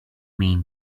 mean